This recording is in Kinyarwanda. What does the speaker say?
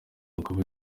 umugabo